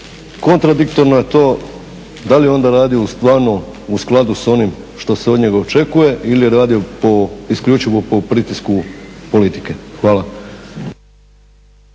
kontradiktorno je to da li je onda radio stvarno u skladu s onim što se od njega očekuje ili je radio isključivo po pritisku politike? Hvala.